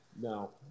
No